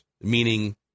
meaning